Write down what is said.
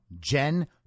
Jen